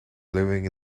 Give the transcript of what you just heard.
living